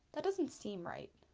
that doesn't seem right.